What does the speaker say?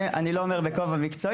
את זה אני לא אומר בכובע מקצועי,